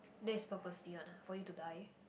then it's purposely one ah for you to die